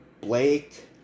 Blake